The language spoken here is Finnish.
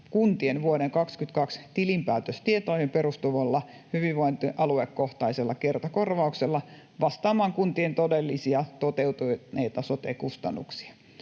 kuntien vuoden 22 tilinpäätöstietoihin perustuvalla hyvinvointialuekohtaisella kertakorvauksella vastaamaan kuntien todellisia, toteutuneita sote-kustannuksia.